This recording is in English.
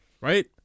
Right